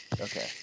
Okay